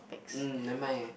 mm never mind